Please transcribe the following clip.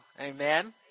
Amen